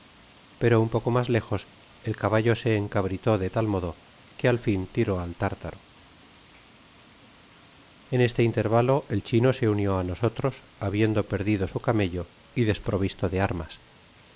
pero uu poco mas lejos el caballo se encabritó de tal modo que al fln tiró ai tártaro en este intórvalo el chino se unió á nosotros habiendo perdidosa camello y desprovisto de armas